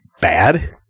bad